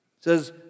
says